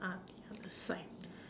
are the other side